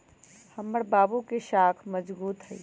हमर बाबू के साख मजगुत हइ